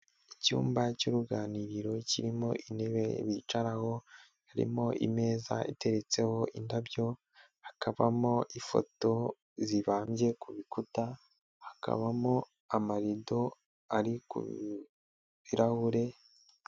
Icyumba cy'uruganiriro kirimo intebe bicaraho, harimo imeza itetseho indabyo, hakabamo ifoto zibambye ku bikuta, hakabamo amarido ari ku birahure.